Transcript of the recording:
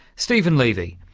steven levy.